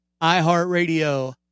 iHeartRadio